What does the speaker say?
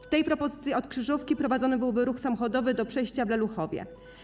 W tej propozycji od Krzyżówki prowadzony byłby ruch samochodowy do przejścia w Leluchowie.